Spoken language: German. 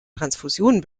transfusionen